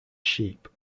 sheep